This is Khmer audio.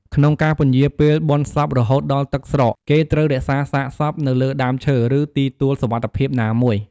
ក្នុងការពន្យារពេលបុណ្យសពរហូតដល់ទឹកស្រក គេត្រូវរក្សាសាកសពនៅលើដើមឈើ ឬទីទួលសុវត្តិភាពណាមួយ។